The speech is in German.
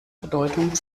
bedeutung